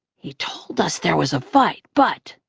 he told us there was a fight, but,